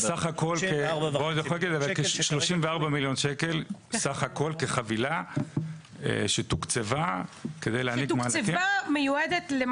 אבל כ-34 מיליון שקל סך הכול כחבילה שתוקצבה כדי להעניק מענקים.